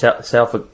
self